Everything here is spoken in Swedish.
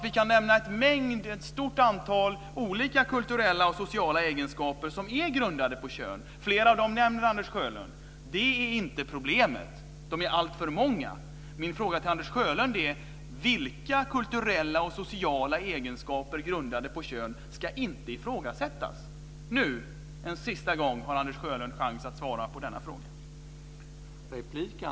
Vi kan nämna ett stort antal olika kulturella och sociala egenskaper som är grundade på kön. Anders Sjölund nämner flera av dem. Det är inte problemet. De är alltför många. Min fråga till Anders Sjölund är: Vilka kulturella och sociala egenskaper grundade på kön ska inte ifrågasättas? Nu har Anders Sjölund en sista chans att svara på denna fråga.